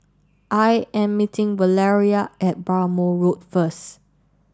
I am meeting Valeria at Bhamo Road first